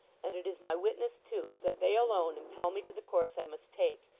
and it is my witness, too, that they alone impel me to the course i must take,